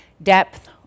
depth